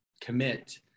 commit